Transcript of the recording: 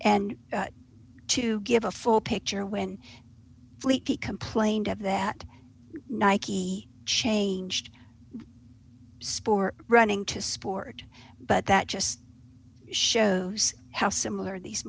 and to give a full picture when he complained of that nike changed sport running to sport but that just shows how similar these